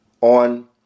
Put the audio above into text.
on